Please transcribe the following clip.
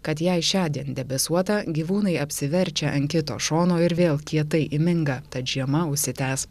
kad jei šiądien debesuota gyvūnai apsiverčia ant kito šono ir vėl kietai įminga tad žiema užsitęs